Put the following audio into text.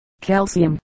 calcium